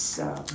some